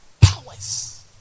powers